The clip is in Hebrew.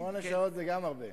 שמונה שעות זה גם הרבה.